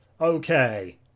okay